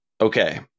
Okay